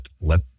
let